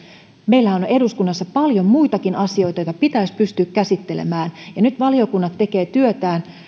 meillähän on eduskunnassa paljon muitakin asioita joita pitäisi pystyä käsittelemään ja nyt valiokunnat tekevät työtään